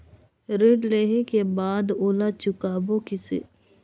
ऋण लेहें के बाद ओला चुकाबो किसे?